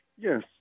Yes